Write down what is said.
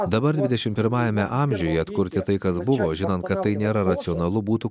dabar dvidešim pirmajame amžiuje atkurti tai kas buvo žinant kad tai nėra racionalu būtų